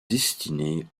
destinée